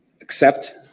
accept